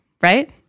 right